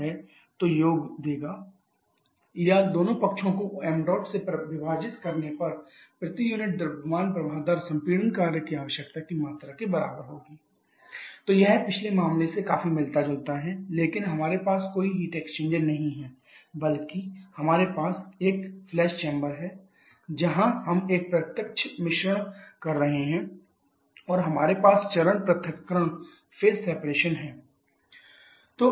तो योग देगा WCWC1WC2 1 xmh2 h1mh4 h9 या दोनों पक्षों को ṁ से विभाजित करने पर प्रति यूनिट द्रव्यमान प्रवाह दर पर संपीड़न कार्य की आवश्यकता की मात्रा बराबर होगी WC1 xh2 h1h4 h9 तो यह पिछले मामले से काफी मिलता जुलता है लेकिन हमारे पास कोई हीट एक्सचेंजर नहीं है बल्कि हमारे पास एक फ्लैश चैंबर है जहां हम एक प्रत्यक्ष मिश्रण कर रहे हैं और हमारे पास चरण पृथक्करण है